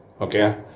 Okay